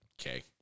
okay